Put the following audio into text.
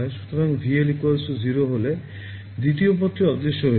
সুতরাং VL 0 হলে দ্বিতীয় পদটি অদৃশ্য হয়ে যাবে